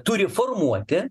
turi formuoti